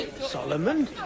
Solomon